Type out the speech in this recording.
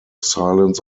silence